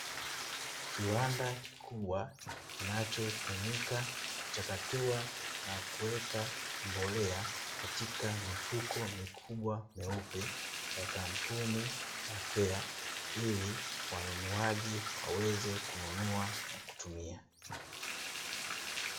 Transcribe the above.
Kiwanda kikubwa kinachotumika kuchakatuwa na kuweka mbolea katika mifuko illiyokuwa meupe iliyokuwa kwenye kampuni ya REA, ili wanunuaji waweze kununua na kutumia.